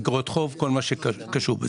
לאגרות חוב וכל מה שקשור בזה.